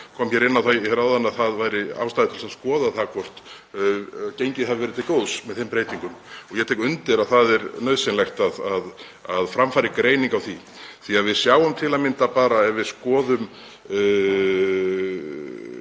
kom inn á það áðan að ástæða væri til að skoða hvort gengið hafi verið til góðs með þeim breytingum og ég tek undir að það er nauðsynlegt að fram fari greining á því. Við sjáum til að mynda, ef við skoðum